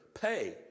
pay